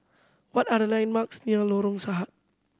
what are the landmarks near Lorong Sahad